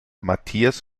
matthias